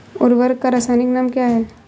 उर्वरक का रासायनिक नाम क्या है?